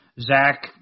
Zach